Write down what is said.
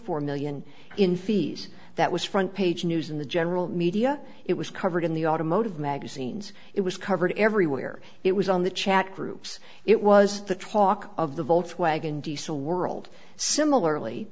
four million in fees that was front page news in the general media it was covered in the automotive magazines it was covered everywhere it was on the chat groups it was the talk of the volkswagen diesel world